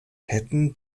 hätten